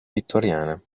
vittoriana